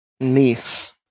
niece